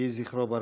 יהי זכרו ברוך.